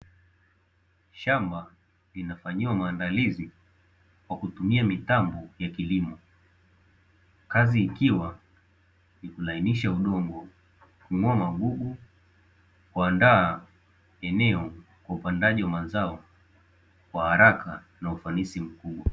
Shamba linafanyiwa maandalizi kwa kutumia mitambo ya kilimo kazi ikiwa ni kulainsha udongo, kung'oa magugu kuandaa eneo kwa upandaji wa mazao kwa haraka na ufanisi mkubwa.